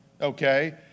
Okay